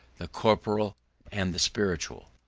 the corporeal and the spiritual.